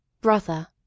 brother